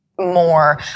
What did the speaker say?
more